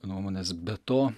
nuomones be to